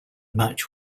match